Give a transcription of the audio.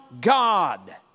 God